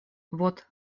вот